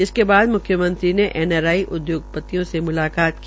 इसके बाद म्ख्यमंत्री ने एनआरआई उद्योगपतियों से म्लाकात की